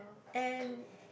and